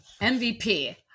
MVP